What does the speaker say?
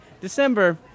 December